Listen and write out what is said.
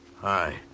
Hi